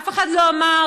אף אחד לא אמר.